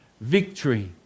victory